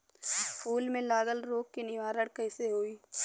फूल में लागल रोग के निवारण कैसे होयी?